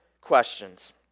questions